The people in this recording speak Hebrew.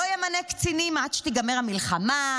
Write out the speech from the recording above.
לא ימנה קצינים עד שתיגמר המלחמה,